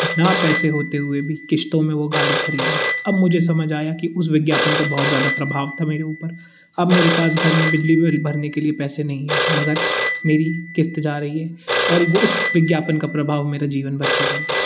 ना पैसे होते हुए भी कीस्तों में वो गाड़ी ख़रीद ली अब मुझे समझ आया कि उस विज्ञापन का बहुत ज़्यादा प्रभाव था मेरे ऊपर अब मेरे पास घर में बिजली बिल भरने के लिए पैसे नहीं है मगर मेरी किस्त जा रही है और वो उस विज्ञापन का प्रभाव मेरा जीवन भर पर रहेगा